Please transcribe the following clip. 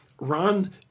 Ron